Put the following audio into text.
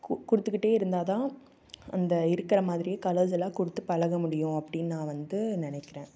கொடுத்துக்கிட்டே இருந்தால் தான் அந்த இருக்கிற மாதிரியே கலர்ஸ் எல்லாம் கொடுத்து பழக முடியும் அப்படின்னு நான் வந்து நினைக்கிறேன்